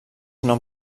nom